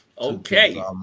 okay